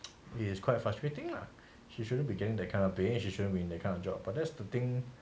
he is quite frustrating lah she shouldn't be getting the kind pay and she shouldn't be in that kind of job but that's the thing